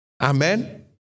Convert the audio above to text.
Amen